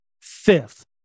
Fifth